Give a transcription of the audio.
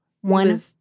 One